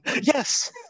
Yes